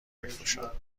میفروشد